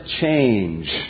Change